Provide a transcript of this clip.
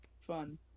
fun